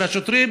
והשוטרים,